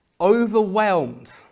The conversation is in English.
overwhelmed